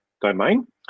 domain